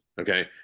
okay